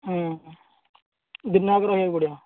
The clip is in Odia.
ହଁ ଦିନଯାକ ରହିବାକୁ ପଡ଼ିବ